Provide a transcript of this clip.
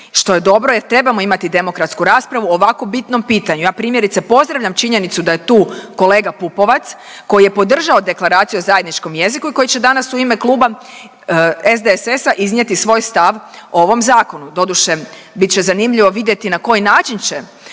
što je dobro jer trebamo imati demokratsku raspravu o ovako bitnom pitanju, ja primjerice pozdravljam činjenicu da je tu kolega Pupovac koji je podržao Deklaraciju o zajedničkom jeziku i koji će danas u ime Kluba SDSS-a iznijeti svoj stav o ovom zakonu. Doduše, bit će zanimljivo vidjeti na koji način će